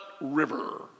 River